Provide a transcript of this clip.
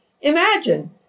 Imagine